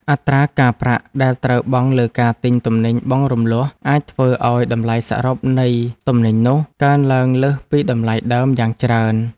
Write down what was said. អត្រាការប្រាក់ដែលត្រូវបង់លើការទិញទំនិញបង់រំលស់អាចធ្វើឱ្យតម្លៃសរុបនៃទំនិញនោះកើនឡើងលើសពីតម្លៃដើមយ៉ាងច្រើន។